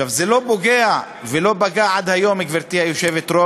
זה לא פוגע ולא פגע עד היום, גברתי היושבת-ראש,